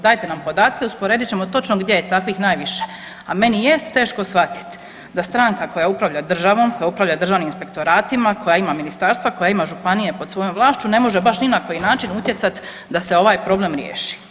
Dajte nam podatke, usporedit ćemo točno gdje je takvih najviše, a meni jeste teško shvatiti da stranka koja upravlja državom, koja upravlja državnim inspektoratima, koja ima ministarstva, koja ima županije pod svojom vlašću ne može baš ni na koji način utjecat da se ovaj problem riješi.